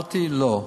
אמרתי, לא.